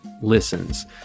listens